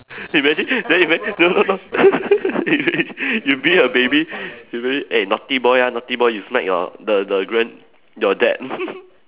imagine then imagine no no no you beat you beat a baby you beat eh naughty boy ah naughty boy you smack your the the grand~ your dad